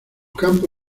campo